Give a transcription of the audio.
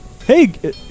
Hey